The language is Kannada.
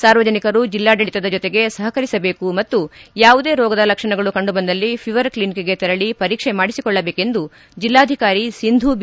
ಸಾರ್ವಜನಿಕರು ಜಿಲ್ಲಾಡಳಿತದ ಜೊತೆಗೆ ಸಹಕರಿಸಬೇಕು ಮತ್ತು ಯಾವುದೇ ರೋಗದ ಲಕ್ಷಣಗಳು ಕಂಡುಬಂದಲ್ಲಿ ಫಿವರ್ ಕ್ಲಿನಿಕ್ಗೆ ತೆರಳಿ ಪರೀಕ್ಷೆ ಮಾಡಿಸಿಕೊಳ್ಳಬೇಕೆಂದು ಜಿಲ್ಲಾಧಿಕಾರಿ ಸಿಂಧೂ ಬಿ